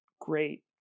great